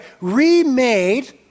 remade